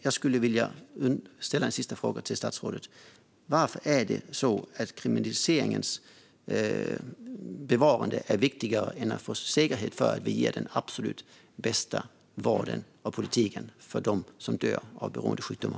Jag skulle därför vilja ställa en sista fråga till statsrådet: Varför är det så att kriminaliseringens bevarande är viktigare än att vi blir säkra på att vi ger den absolut bästa vården till och har den bästa politiken för dem som i dag dör av beroendesjukdomar?